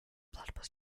platypus